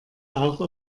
auch